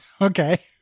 Okay